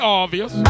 obvious